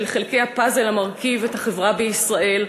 של חלקי הפאזל המרכיב את החברה בישראל,